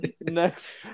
next